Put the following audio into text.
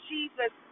Jesus